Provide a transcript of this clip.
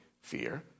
fear